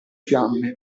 fiamme